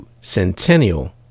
centennial